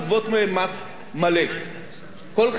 כל חברה לפי המחויבות שלה והמסלול שלה.